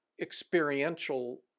experiential